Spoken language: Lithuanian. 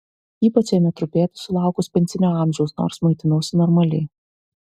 ypač ėmė trupėti sulaukus pensinio amžiaus nors maitinausi normaliai